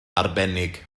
arbennig